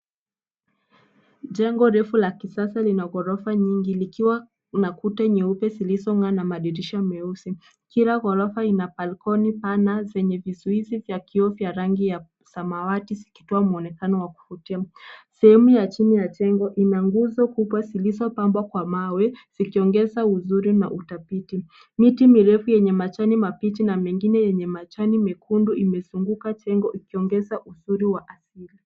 jengo refu la kisasa lina gorofa nyingi, likiwa na kuta nyeupe zilizo ng'aa na madirisha nyeusi, kila gorofa lina balkoni pana zenye vizuizi vya kioo vya rangi ya samawati zikitoa mwonekano wa kuvutia, sehemu ya chini ya jengo ina nguzo kubwa zilizo pambwa kwa mawe zikiongeza uvuri na utafiti, miti mirefu yenye majani mabichi na mengine yenye majini mekundu imezunguka jengo ikiongeza uzuri wa asili.